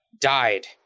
died